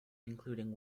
including